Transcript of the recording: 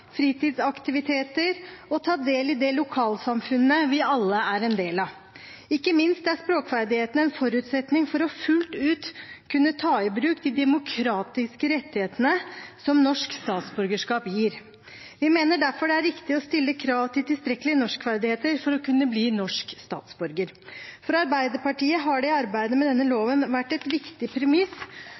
fritidsaktiviteter og ta del i det lokalsamfunnet vi alle er en del av. Ikke minst er språkferdighetene en forutsetning for fullt ut å kunne ta i bruk de demokratiske rettighetene som norsk statsborgerskap gir. Vi mener derfor det er riktig å stille krav til tilstrekkelige norskferdigheter for å kunne bli norsk statsborger. For Arbeiderpartiet har det i arbeidet med denne loven vært et viktig premiss